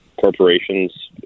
corporations